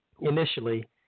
initially